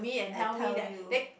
I tell you